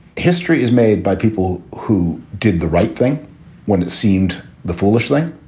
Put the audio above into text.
history is made by people who did the right thing when it seemed the foolish thing